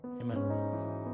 Amen